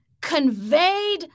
conveyed